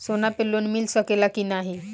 सोना पे लोन मिल सकेला की नाहीं?